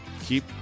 Keep